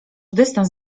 dystans